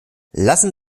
lassen